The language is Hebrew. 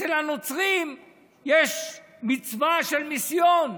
אצל הנוצרים יש מצווה של מיסיון,